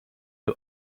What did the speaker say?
you